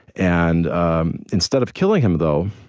and um instead of killing him, though,